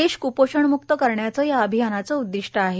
देश क्पोषणम्क्त करण्याचं या अभियानाचं उद्दिष्ट आहे